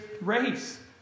race